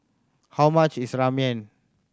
how much is Ramen